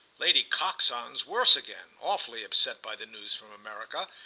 lady coxon's worse again, awfully upset by the news from america,